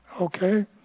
okay